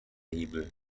hebel